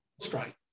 strike